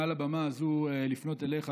מעל הבמה הזאת לפנות אליך,